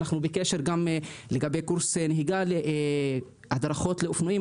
אנחנו כבר בקשר עם הרלב"ד לגבי קורס נהיגה והדרכות לאופנועים.